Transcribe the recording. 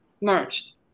merged